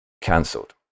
cancelled